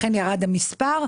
לכן ירד המספר.